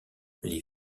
les